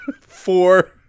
four